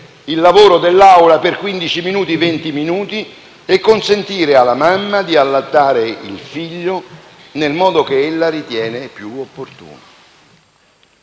il lavoro per quindici o venti minuti e consentire alla mamma di allattare il figlio nel modo che ella ritiene più opportuno.